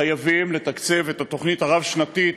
חייבים לתקצב את התוכנית הרב-שנתית,